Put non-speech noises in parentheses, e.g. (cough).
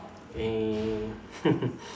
err (laughs)